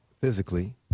Physically